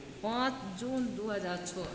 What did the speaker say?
पाँच जून दुइ हजार छओ